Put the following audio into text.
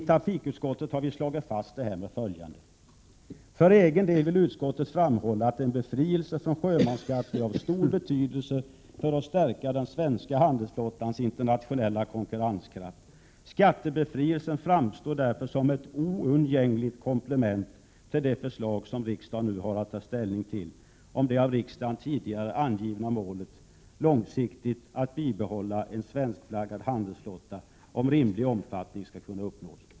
Trafikutskottet har slagit fast detta med följande ord: ”För egen del vill trafikutskottet framhålla att en befrielse från sjömansskatt i enlighet med det förslag som aviseras i den sjöfartspolitiska propositionen är av stor betydelse för att stärka den svenska handelsflottans internationella konkurrenskraft. Skattebefrielsen framstår därför som ett oundgängligt komplement till det regeringsförslag som riksdagen nu har att ta ställning till, om det av riksdagen tidigare angivna målet att bibehålla en svenskflaggad handelsflotta av rimlig omfattning skall kunna uppnås.